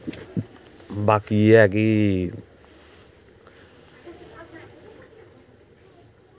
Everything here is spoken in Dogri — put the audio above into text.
बाकी एह् ऐ कि